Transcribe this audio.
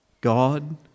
God